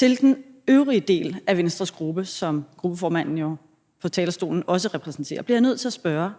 Den øvrige del af Venstres gruppe, som gruppeformanden på talerstolen jo også repræsenterer, bliver jeg nødt til at spørge: